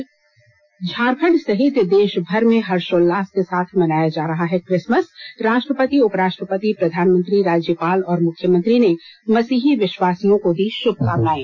और झारखंड सहित देशभर में हर्षोल्लास के साथ मनाया जा रहा है किसमस राष्ट्रपति उपराष्ट्रपति प्रधानमंत्री राज्यपाल और मुख्यमंत्री ने मसीही विश्वासियों को दी शुभकामनाएं